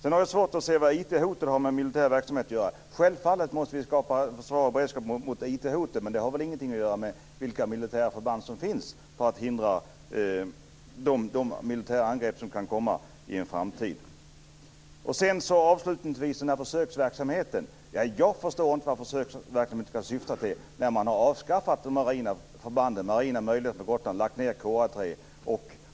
Jag har svårt att se vad IT-hoten har att göra med militär verksamhet. Självfallet måste vi skapa en beredskap mot IT-hoten, men det har väl ingenting att göra med vilka militära förband som ska finnas för att hindra de militära angrepp som kan komma i en framtid. Vad avslutningsvis beträffar försöksverksamheten förstår jag inte vad den verksamheten ska syfta till när man har avskaffat de marina enheterna på Gotland, bl.a. KA 3.